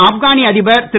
ஆப்கானிய அதிபர் திரு